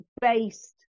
based